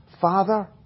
Father